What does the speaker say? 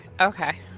Okay